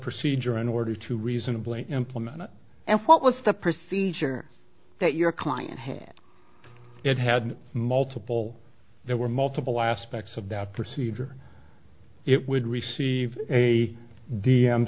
procedure in order to reasonably implement it and what was the procedure that your client had it had multiple there were multiple aspects of that procedure it would receive a d m